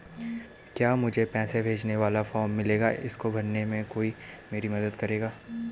क्या मुझे पैसे भेजने वाला फॉर्म मिलेगा इसको भरने में कोई मेरी मदद करेगा?